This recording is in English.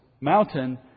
mountain